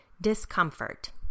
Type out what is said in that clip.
discomfort